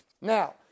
now